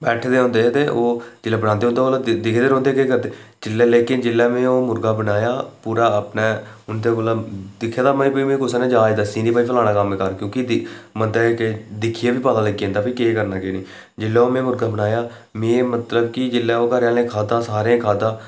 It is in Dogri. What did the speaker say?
ते बैठे दे होंदे ते दिखदे रौंह्दे हे कि केह् करना लेकिन जेल्लै में ओह् मुर्गा बनाया पूरा अपना उं'दे कोला दिक्खै दा भई कुसै ने निं आखेआ कि फलाना कम्म कर ते बंदे गी दिक्खियै बी पता चली जंदा कि केह् करना केह् नेईं जेल्लै कि में ओह् मुर्गा बनाया में मतलब कि जेल्लै ओह् घरें आह्लें खाद्धा सारें खाद्धा